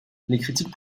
critiques